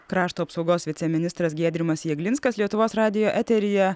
krašto apsaugos viceministras giedrimas jeglinskas lietuvos radijo eteryje